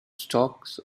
stocks